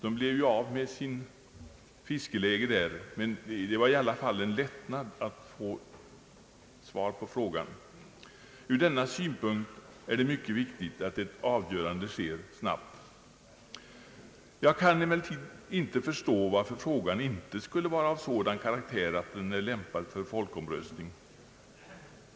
Man blev av med sitt fiskeläge, men det var i alla fall en lättnad att få visshet. Från denna synpunkt är det mycket viktigt att ett avgörande om Vindelälvens utbyggnad sker snabbt. Jag kan emellertid inte förstå varför frågan inte skulle vara av sådan karaktär att den är lämpad för folkomröstning.